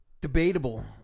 Debatable